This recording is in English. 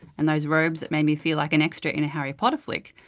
and those robes that made me feel like an extra in a harry potter flick,